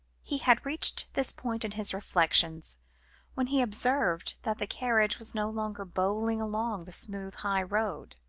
he had reached this point in his reflections when he observed that the carriage was no longer bowling along the smooth high road,